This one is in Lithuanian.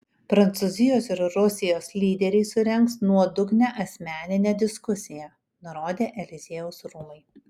prancūzijos ir rusijos lyderiai surengs nuodugnią asmeninę diskusiją nurodė eliziejaus rūmai